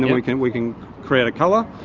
then we can we can create a colour,